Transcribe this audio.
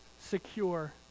secure